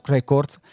Records